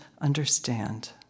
understand